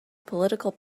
political